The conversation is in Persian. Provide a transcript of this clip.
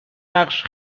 نقش